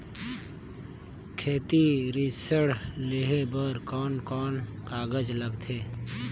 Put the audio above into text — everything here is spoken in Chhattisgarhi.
खेती ऋण लेहे बार कोन कोन कागज लगथे?